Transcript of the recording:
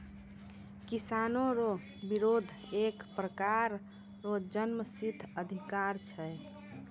किसानो रो बिरोध एक प्रकार रो जन्मसिद्ध अधिकार छै